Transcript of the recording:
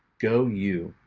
go you!